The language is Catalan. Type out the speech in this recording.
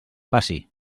passi